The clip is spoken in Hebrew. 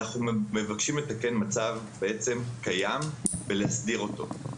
אנחנו מבקשים לתקן מצב קיים ולהסדיר אותו.